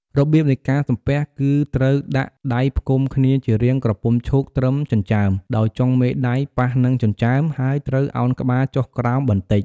របៀបនៃការសំពះគឺត្រូវដាក់ដៃផ្គុំគ្នាជារាងក្រពុំឈូកត្រឹមចិញ្ចើម ដោយចុងមេដៃប៉ះនឹងចិញ្ចើម ហើយត្រូវឱនក្បាលចុះក្រោមបន្តិច។